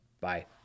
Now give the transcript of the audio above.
Bye